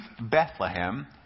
Bethlehem